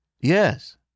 Yes